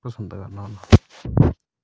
पसंद करना हुन्ना